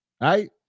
Right